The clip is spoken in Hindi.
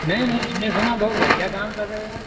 नहीं नहीं आपने सुना बहुत घटिया काम कर रहे हो यार